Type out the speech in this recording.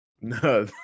No